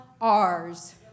R's